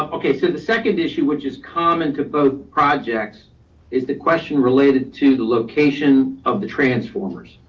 ah okay, so the second issue, which is common to both projects is the question related to the location of the transformers.